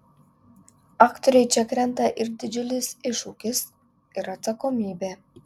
aktoriui čia krenta ir didžiulis iššūkis ir atsakomybė